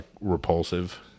repulsive